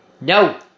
No